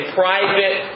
private